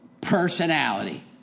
personality